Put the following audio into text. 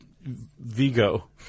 Vigo